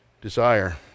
desire